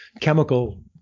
chemical